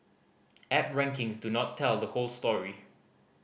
app rankings do not tell the whole story